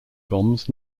bombs